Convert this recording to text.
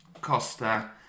Costa